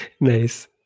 nice